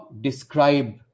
describe